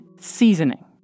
seasoning